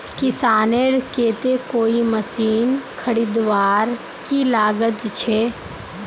किसानेर केते कोई मशीन खरीदवार की लागत छे?